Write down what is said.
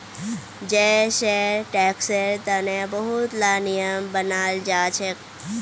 जै सै टैक्सेर तने बहुत ला नियम बनाल जाछेक